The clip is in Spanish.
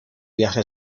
viaje